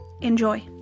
enjoy